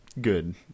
good